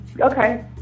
Okay